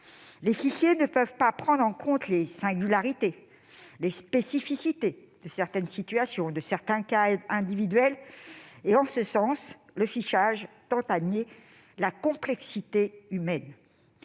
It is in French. Les fichiers ne peuvent pas prendre en compte les singularités, les spécificités de certaines situations. En ce sens, le fichage tend à nier la complexité humaine.